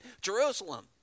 Jerusalem